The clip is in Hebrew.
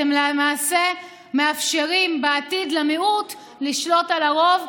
אתם למעשה מאפשרים בעתיד למיעוט לשלוט על הרוב.